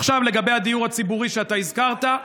עכשיו לגבי הדיור הציבורי שאתה הזכרת.